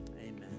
Amen